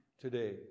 today